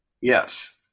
Yes